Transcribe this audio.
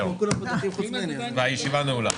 הישיבה נעולה.